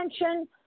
attention